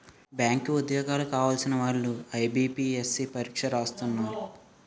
bank ఉద్యోగాలు కావలసిన వాళ్లు ఐబీపీఎస్సీ పరీక్ష రాస్తున్నారు